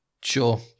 Sure